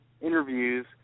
interviews